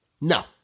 No